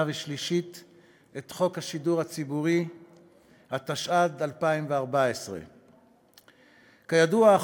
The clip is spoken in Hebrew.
ושלישית את חוק השידור הציבורי התשע"ד 2014. כידוע,